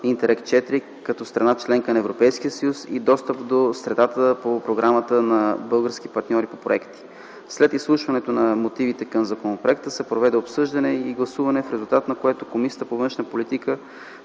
IVC” като страна – членка на Европейския съюз, и достъп до средата по програмата на български партньори по проекти. След изслушването на мотивите към законопроекта се проведе обсъждане и гласуване, в резултат на което Комисията по външна политика